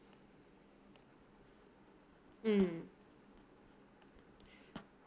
mm